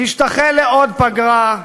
תשתחל לתוך פגרה,